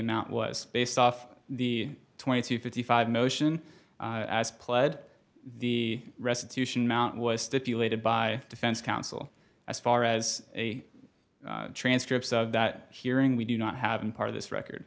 it was based off the twenty to fifty five motion as pled the restitution amount was stipulated by defense counsel as far as a transcript of that hearing we do not have been part of this record